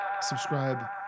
subscribe